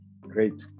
Great